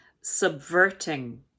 subverting